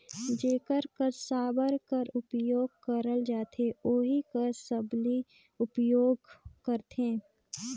जेकर कस साबर कर उपियोग करल जाथे ओही कस सबली उपियोग करथे